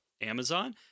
Amazon